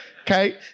okay